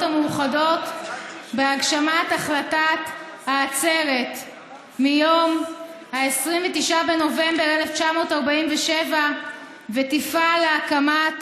המאוחדות בהגשמת החלטת העצרת מיום 29 בנובמבר 1947 ותפעל להקמת